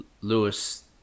Lewis